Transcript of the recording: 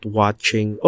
watching